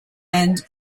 and